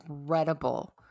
incredible